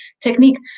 technique